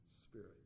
Spirit